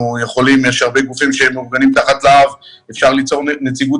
יש הרבה גופים שמאורגנים תחת לה"ב ואפשר ליצור נציגות